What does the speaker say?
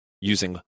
using